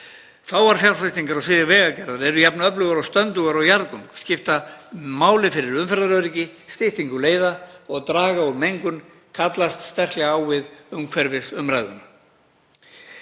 Fáar fjárfestingar á sviði vegagerðar eru jafn öflugar og stöndugar og jarðgöng, skipta máli fyrir umferðaröryggi, styttingu leiða og draga úr mengun. Það kallast sterklega á við umhverfisumræðuna.